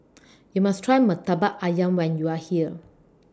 YOU must Try Murtabak Ayam when YOU Are here